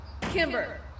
Kimber